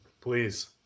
please